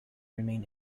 remain